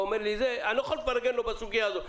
אני לא יכול לפרגן לו בסוגיה הזאת.